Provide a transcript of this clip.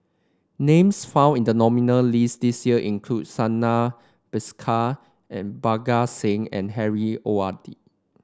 names found in the nominee' list this year include Santha Bhaskar and Parga Singh and Harry O R D